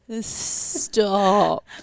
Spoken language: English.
Stop